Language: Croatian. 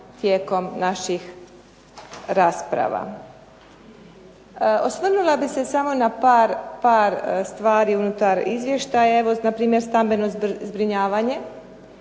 tijekom naših rasprava. Osvrnula bih se samo na par stvari unutar izvještaja. Evo npr. stambeno zbrinjavanje